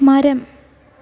മരം